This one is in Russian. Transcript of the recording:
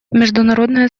международное